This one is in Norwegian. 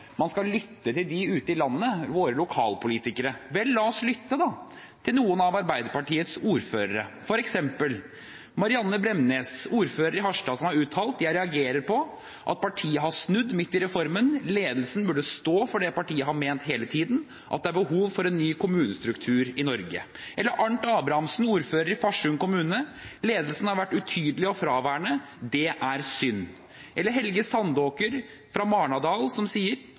man skal lytte til dem ute i landet, våre lokalpolitikere. Vel, la oss lytte til noen av Arbeiderpartiets ordførere, f.eks. Anne Sofie Sand Mathisen, ordfører i Dønna, som har uttalt: «Jeg reagerer på at partiet har snudd midt i reformen. Ledelsen burde stå for det partiet har ment hele tiden, at det er behov for ny kommunestruktur i Norge.» Eller hva med Arnt Abrahamsen, ordfører i Farsund kommune: «Ledelsen har vært utydelig og fraværende. Det er synd.» Eller hva med Helge Sandåker fra Marnardal, som sier: